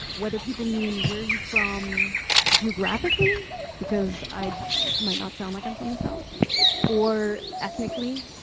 whether people mean where are you from geographically because i might not sound like i'm from the south or ethnically.